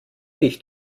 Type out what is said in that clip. dich